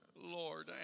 Lord